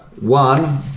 One